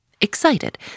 excited